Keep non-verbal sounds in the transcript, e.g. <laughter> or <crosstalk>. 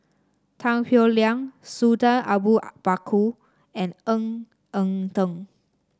Tan Howe Liang Sultan Abu <noise> Bakar and Ng Eng Teng